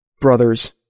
Brothers